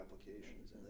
applications